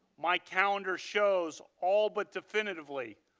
my calendar showed, all but definitively,